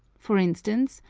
for instance,